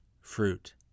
fruit